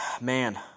man